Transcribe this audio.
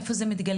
איפה זה מתגלגל?